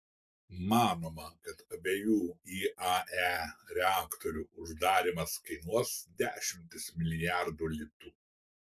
manoma kad abiejų iae reaktorių uždarymas kainuos dešimtis milijardų litų